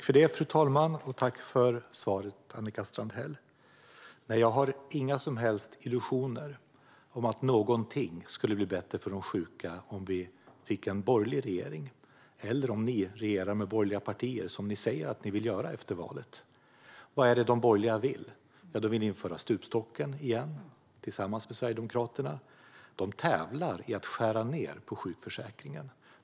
Fru talman! Tack för svaret, Annika Strandhäll! Jag har inga som helst illusioner om att någonting skulle bli bättre för de sjuka om vi fick en borgerlig regering eller om ni skulle regera med borgerliga partier, som ni säger att ni vill göra efter valet. Vad är det de borgerliga vill? De vill införa stupstocken igen, tillsammans med Sverigedemokraterna. De tävlar i att skära ned på sjukförsäkringen.